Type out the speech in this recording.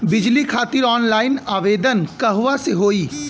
बिजली खातिर ऑनलाइन आवेदन कहवा से होयी?